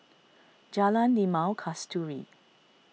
Jalan Limau Kasturi